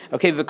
Okay